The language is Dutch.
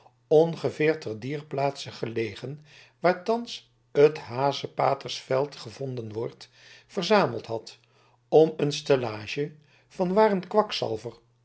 ongeveer te dier plaatse gelegen waar thans het hazepatersveld gevonden wordt verzameld had om een stellage van waar een kwakzalver